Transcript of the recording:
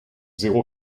zéro